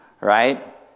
right